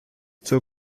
zur